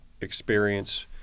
experience